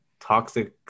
toxic